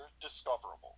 discoverable